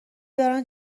دارن